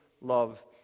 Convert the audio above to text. love